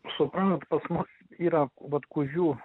suprantat pas mus yra vat kužių